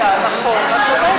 נכון, את צודקת.